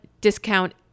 discount